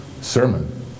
sermon